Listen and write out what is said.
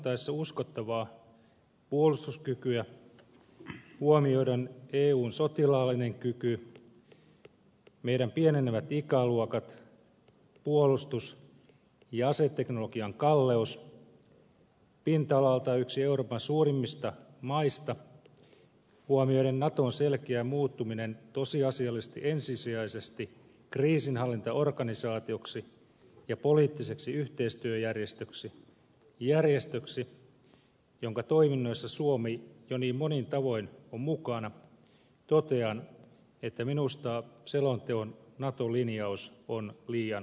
hahmotettaessa uskottavaa puolustuskykyä huomioiden eun sotilaallinen kyky meidän pienenevät ikäluokat puolustus ja aseteknologian kalleus se että suomi on pinta alaltaan yksi euroopan suurimmista maista ja naton selkeä muuttuminen tosiasiallisesti ensisijaisesti kriisinhallintaorganisaatioksi ja poliittiseksi yhteistyöjärjestöksi jonka toiminnoissa suomi jo niin monin tavoin on mukana totean että minusta selonteon nato linjaus on liian lievä